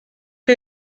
chi